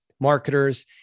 marketers